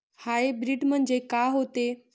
Hybrid म्हनजे का होते?